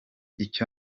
icyo